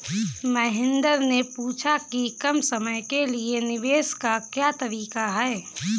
महेन्द्र ने पूछा कि कम समय के लिए निवेश का क्या तरीका है?